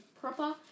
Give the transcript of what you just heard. proper